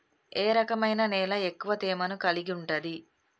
ఏ రకమైన నేల ఎక్కువ తేమను కలిగుంటది?